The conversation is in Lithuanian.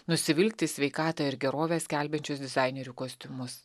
nusivilkti sveikatą ir gerovę skelbiančius dizainerių kostiumus